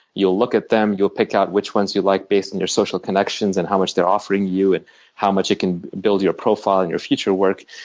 you'll look at them, you'll pick out which ones you like based on and your social connections and how much they're offering you, and how much it can build your profile and your future work,